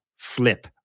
flip